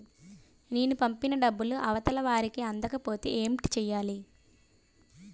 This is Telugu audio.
నేను పంపిన డబ్బులు అవతల వారికి అందకపోతే ఏంటి చెయ్యాలి?